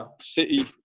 City